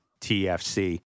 TFC